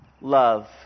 love